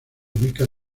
ubica